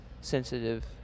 sensitive